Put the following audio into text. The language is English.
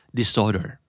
disorder